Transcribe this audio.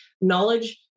knowledge